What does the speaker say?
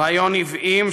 רעיון עוועים,